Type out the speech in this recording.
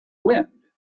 wind